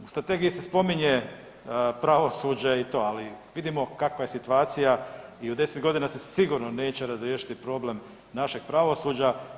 U strategiji se spominje pravosuđe i to, ali vidimo kakva je situacija i u 10 godina se sigurno neće razriješiti problem našeg pravosuđa.